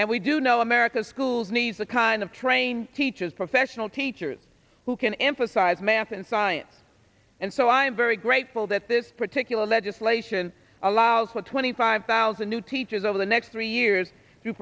and we do know america's schools need the kind of training teachers professional teachers who can emphasize math and science and so i am very grateful that this particular legislation allows for twenty five thousand new teachers over the next three years